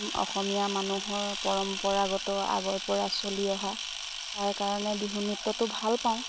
অসমীয়া মানুহৰ পৰম্পৰাগত আগৰ পৰা চলি অহা তাৰ কাৰণে বিহু নৃত্যটো ভাল পাওঁ